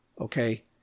okay